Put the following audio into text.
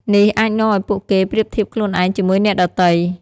នេះអាចនាំឱ្យពួកគេប្រៀបធៀបខ្លួនឯងជាមួយអ្នកដទៃ។